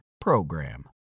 PROGRAM